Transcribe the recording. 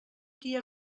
dia